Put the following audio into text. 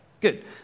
good